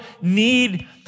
need